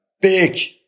big